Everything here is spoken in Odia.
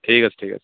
ଠିକ୍ ଅଛି ଠିକ୍ ଅଛି